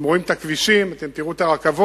אתם רואים את הכבישים ותראו את הרכבות,